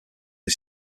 est